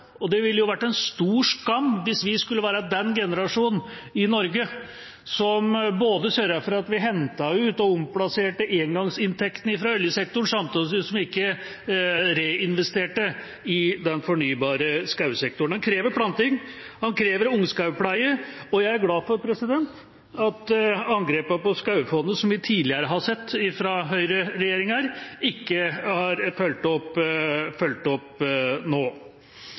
og 1940-tallet. Det ville vært en stor skam hvis vi skulle være den generasjonen i Norge som sørget for at vi hentet ut og omplasserte engangsinntektene fra oljesektoren samtidig som vi ikke reinvesterte i den fornybare skogsektoren. Den krever planting, og den krever ungskogpleie, og jeg er glad for at angrepene på Skogfondet, som vi tidligere har sett fra høyreregjeringer, ikke er fulgt opp